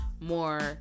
more